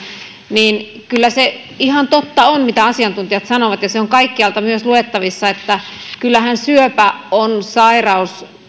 niin kyllä se ihan totta on mitä asiantuntijat sanovat ja se on kaikkialta myös luettavissa että toki syöpä on sairaus